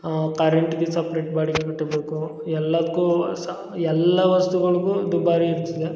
ಆಂ ಕರೆಂಟ್ಗೆ ಸಪ್ರೇಟ್ ಬಾಡ್ಗೆ ಕಟ್ಬೇಕು ಎಲ್ಲಾದಕ್ಕೂ ಸಾ ಎಲ್ಲಾ ವಸ್ತುಗಳಿಗೂ ದುಬಾರಿ ಇರ್ತದೆ